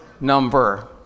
number